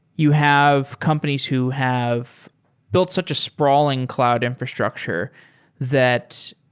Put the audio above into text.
you have companies who have built such a sprawling cloud infrastructure that